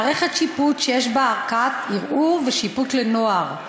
מערכת שיפוט שיש בה ערכאת ערעור ושיפוט לנוער.